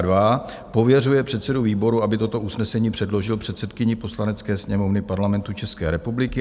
II. pověřuje předsedu výboru, aby toto usnesení předložil předsedkyni Poslanecké sněmovny Parlamentu České republiky;